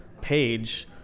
page